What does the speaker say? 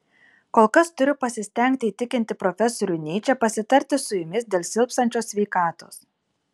kol kas turiu pasistengti įtikinti profesorių nyčę pasitarti su jumis dėl silpstančios sveikatos